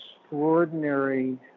extraordinary